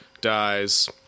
dies